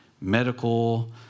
medical